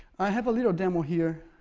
i have a little demo here